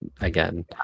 again